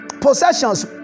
possessions